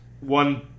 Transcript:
one